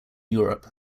europe